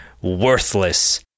Worthless